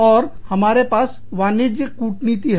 और हमारे पास वाणिज्य कूटनीति है